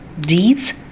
deeds